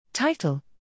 Title